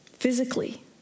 Physically